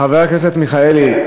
חבר הכנסת מיכאלי,